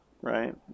right